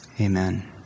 Amen